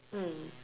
mm